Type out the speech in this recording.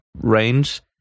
range